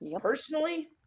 Personally